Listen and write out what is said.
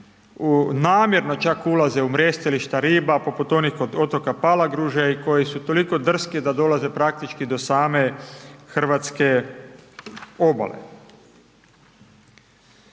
namjerno čak ulaze u mrjestilišta riba poput onih kod otoka Palagruže i koji su toliko drski da dolaze praktički do same hrvatske obale.